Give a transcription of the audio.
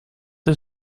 een